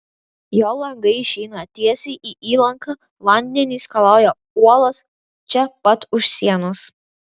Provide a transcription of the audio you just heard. jo langai išeina tiesiai į įlanką vandenys skalauja uolas čia pat už sienos